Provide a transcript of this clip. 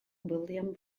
william